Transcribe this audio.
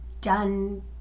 done